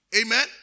Amen